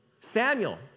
Samuel